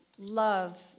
Love